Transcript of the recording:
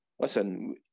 listen